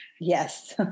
Yes